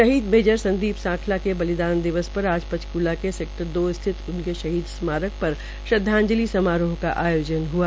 शहीद मेजर संदीप सांखला के बलिदान दिवस पर आज पंचक़्ला के सेक्टर दो स्थित उनके शहीद स्माकर पर श्रद्वाजंलि समारोह आयोजन हआ